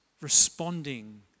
responding